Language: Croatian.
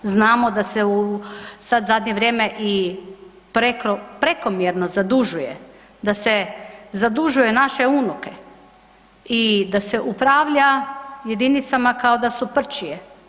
Znamo da se sada zadnje vrijeme prekomjerno zadužuje, da se zadužuje naše unuke i da se upravlja jedinicama kao da su prčije.